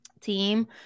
team